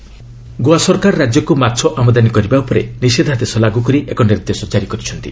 Goa ban Goa ସରକାର ରାଜ୍ୟକୁ ମାଛ ଆମଦାନୀ କରିବା ଉପରେ ନିଷେଧାଦେଶ ଲାଗୁ କରି ଏକ ନିର୍ଦ୍ଦେଶ ଜାରି କରିଛନ୍ତି